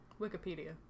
Wikipedia